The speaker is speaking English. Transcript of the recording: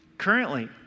currently